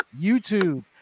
YouTube